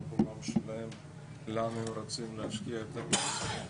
העולם שלהם לאן הם רוצים להשקיע את הכסף.